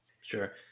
Sure